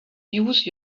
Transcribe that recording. use